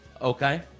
Okay